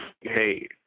hey